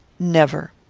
never.